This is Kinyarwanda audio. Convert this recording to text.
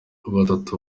batatu